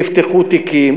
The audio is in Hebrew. נפתחו תיקים,